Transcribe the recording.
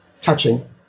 touching